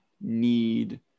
need